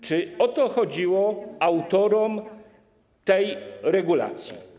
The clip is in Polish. Czy o to chodziło autorom tej regulacji?